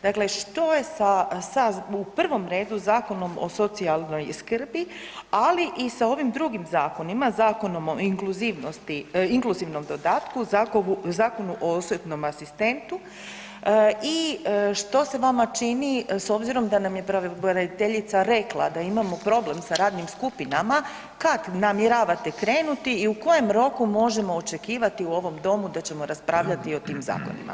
Dakle, što je u prvom redu sa Zakonom o socijalnoj skrbi, ali i s ovim drugim zakonima, Zakonom o inkluzivnom dodatku, Zakonu o osobnom asistentu i što se vama čini s obzirom da nam je pravobraniteljica rekla da imamo problem sa radnim skupinama, kad namjeravate krenuti i u kojem roku možemo očekivati u ovom Domu da ćemo raspravljati o tim zakonima?